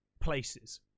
places